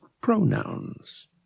pronouns